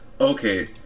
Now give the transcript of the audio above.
okay